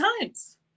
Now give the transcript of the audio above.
times